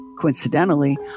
Coincidentally